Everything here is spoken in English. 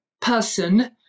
person